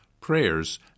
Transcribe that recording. prayers